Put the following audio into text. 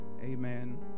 Amen